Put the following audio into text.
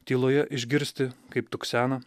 tyloje išgirsti kaip tuksena